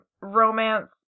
romance